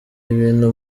ibintu